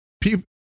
people